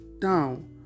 down